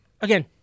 again